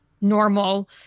normal